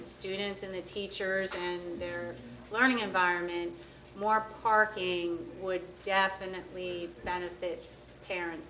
students and the teachers and they're learning environment more parking would definitely benefit